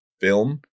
film